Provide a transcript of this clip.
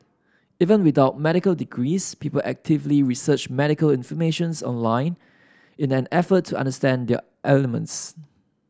even without medical degrees people actively research medical information online in an effort to understand their ailments